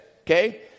Okay